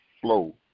flow